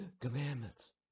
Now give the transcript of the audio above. commandments